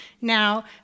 Now